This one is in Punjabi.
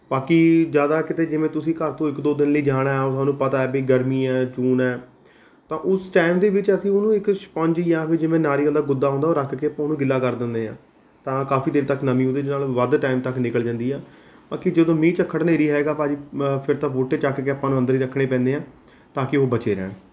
ਬਾਕੀ ਜ਼ਿਆਦਾ ਕਿਤੇ ਜਿਵੇਂ ਤੁਸੀਂ ਘਰ ਤੋਂ ਇੱਕ ਦੋ ਦਿਨ ਲਈ ਜਾਣਾ ਹੈ ਤੁਹਾਨੂੰ ਪਤਾ ਹੈ ਵੀ ਗਰਮੀ ਹੈ ਜੂਨ ਹੈ ਤਾਂ ਉਸ ਟਾਈਮ ਦੇ ਵਿੱਚ ਅਸੀਂ ਉਹਨੂੰ ਇੱਕ ਸਪੰਜ਼ ਜਾਂ ਫਿਰ ਜਿਵੇਂ ਨਾਰੀਅਲ ਦਾ ਗੁੱਦਾ ਹੁੰਦਾ ਉਹਨੂੰ ਰੱਖ ਕੇ ਉਹਨੂੰ ਗਿੱਲਾ ਕਰ ਦਿੰਦੇ ਹਾਂ ਤਾਂ ਕਾਫ਼ੀ ਦਿਨ ਤੱਕ ਨਮੀ ਓਹਦੇ ਨਾਲ ਵੱਧ ਟਾਈਮ ਤੱਕ ਨਿਕਲ ਜਾਂਦੀ ਹਾਂ ਬਾਕੀ ਜਦੋਂ ਮੀਹ ਝੱਖੜ ਹਨੇਰੀ ਹੈਗਾ ਭਾਅ ਜੀ ਮ ਫੇਰ ਤਾਂ ਬੂਟੇ ਚੱਕ ਕੇ ਆਪਾਂ ਨੂੰ ਅੰਦਰ ਹੀ ਰੱਖਣੇ ਪੈਂਦੇ ਹਾਂ ਤਾਂ ਕਿ ਉਹ ਬਚੇ ਰਹਿਣ